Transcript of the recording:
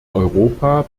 europa